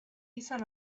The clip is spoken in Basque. izan